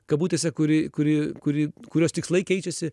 kabutėse kuri kuri kuri kurios tikslai keičiasi